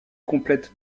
complète